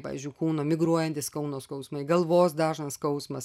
pavyzdžiui kūno migruojantys kūno skausmai galvos dažnas skausmas